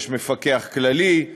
יש מפקח כללי,